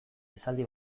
esaldi